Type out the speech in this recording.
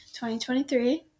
2023